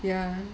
ya